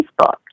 Facebook